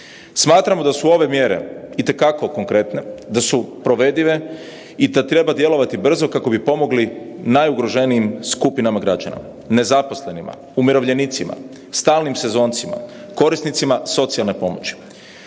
Smatramo da su ove mjere itekako konkretne, da su provedive i da treba djelovati brzo kako bi pomogli najugroženijim skupinama građana, nezaposlenima, umirovljenicima, stalnim sezoncima, korisnicima socijalne pomoći.